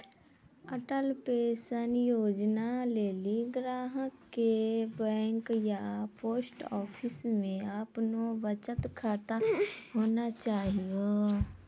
Atal pension योजना लेली ग्राहक के बैंक या पोस्ट आफिसमे अपनो बचत खाता होना चाहियो